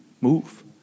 move